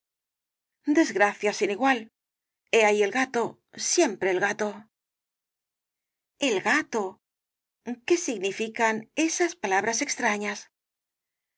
desgracia sin igual he ahí el gato siempre el gato el gato qué significan esas palabras extrañas